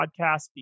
podcast